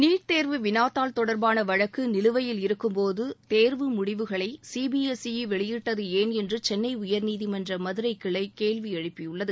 NEET தேர்வு வினாத்தாள் தொடர்பாள வழக்கு நிலுவையில் இருக்கும்போது தேர்வு முடிவுகளை சிபிஎஸ்ஈ வெளியிட்டது ஏன் என்று சென்னை உயர்நீதிமன்ற மதுரைக் கிளை கேள்வி எழுப்பியுள்ளது